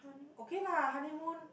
okay lah honeymoon